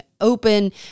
open